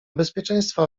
bezpieczeństwa